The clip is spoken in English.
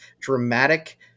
dramatic